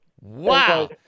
Wow